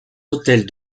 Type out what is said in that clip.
autels